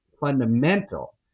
fundamental